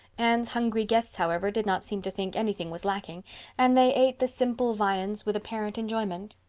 anne's hungry guests, however, did not seem to think anything was lacking and they ate the simple viands with apparent enjoyment.